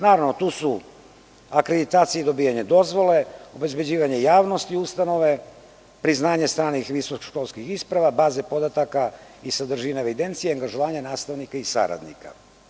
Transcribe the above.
Naravno, tu su akreditacije i dobijanje dozvole, obezbeđivanje javnosti ustanove, priznanje stranih i visokoškolskih isprava, baze podataka i sadržine evidencije, angažovanja nastavnika i saradnika.